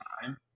time